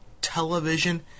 television